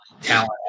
talent